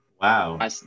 wow